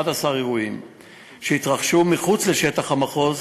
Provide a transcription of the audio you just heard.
11 אירועים שהתרחשו מחוץ לשטח המחוז.